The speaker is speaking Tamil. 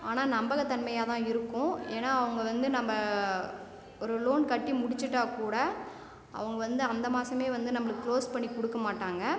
ஆனால் நம்பகத்தன்மையாக தான் இருக்கும் ஏன்னா அவங்க வந்து நம்ப ஒரு லோன் கட்டி முடிச்சிவிட்டா கூட அவங்க வந்து அந்த மாதமே வந்து நம்மளுக்கு க்ளோஸ் பண்ணி கொடுக்க மாட்டாங்க